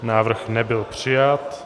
Návrh nebyl přijat.